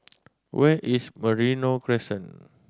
where is Merino Crescent